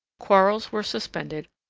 quarrels were suspended,